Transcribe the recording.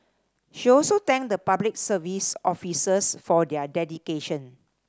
she also thanked the Public Service officers for their dedication